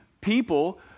people